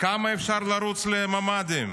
כמה אפשר לרוץ לממ"דים?